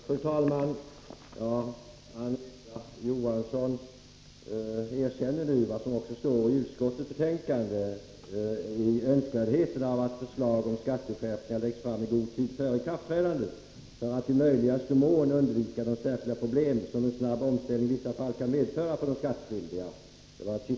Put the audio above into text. Fru talman! Anita Johansson erkänner nu vad som står i utskottsmajoritetens skrivning om ”önskvärdheten av att förslag om skatteskärpningar läggs fram i god tid före ikraftträdandet för att i möjligaste mån undvika de särskilda problem som en snabb omställning i vissa fall kan medföra för de skattskyldiga”.